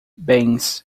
bens